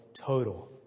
total